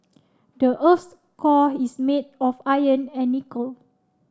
the earth's core is made of iron and nickel